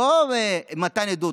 לא למתן עדות,